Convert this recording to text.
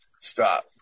stop